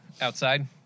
Outside